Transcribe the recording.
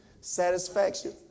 satisfaction